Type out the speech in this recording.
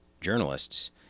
journalists